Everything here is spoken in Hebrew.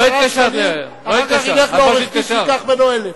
את לא התקשרת, כבוד השר,